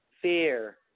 fear